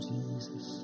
Jesus